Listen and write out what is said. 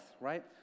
right